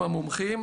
הם המומחים,